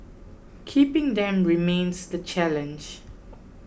keeping them remains the challenge